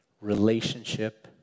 relationship